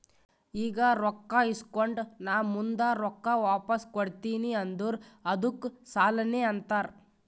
ಈಗ ರೊಕ್ಕಾ ಇಸ್ಕೊಂಡ್ ನಾ ಮುಂದ ರೊಕ್ಕಾ ವಾಪಸ್ ಕೊಡ್ತೀನಿ ಅಂದುರ್ ಅದ್ದುಕ್ ಸಾಲಾನೇ ಅಂತಾರ್